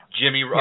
Jimmy